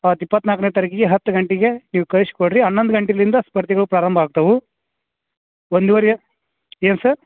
ಅವತ್ತು ಇಪ್ಪತ್ತು ನಾಲ್ಕನೇ ತಾರೀಕಿಗೆ ಹತ್ತು ಗಂಟೆಗೆ ನೀವು ಕಳ್ಸ್ ಕೊಡಿರಿ ಹನ್ನೊಂದು ಗಂಟೆಲಿಂದ ಸ್ಪರ್ಧೆಗಳು ಪ್ರಾರಂಭ ಆಗ್ತವೆ ಒಂದುವರೆಯ ಏನು ಸರ್